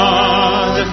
God